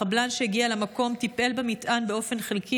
חבלן שהגיע למקום טיפל במטען באופן חלקי